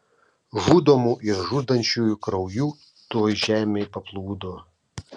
žudomų ir žudančiųjų krauju tuoj žemė paplūdo